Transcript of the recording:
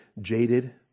jaded